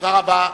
תודה רבה.